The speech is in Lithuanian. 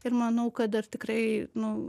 ir manau kad dar tikrai nu